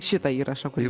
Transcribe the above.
šitą įrašą kurį